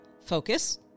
Focus